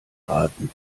raten